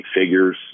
figures